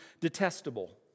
detestable